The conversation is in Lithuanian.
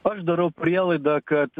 aš darau prielaidą kad